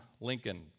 Lincoln